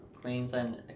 Queensland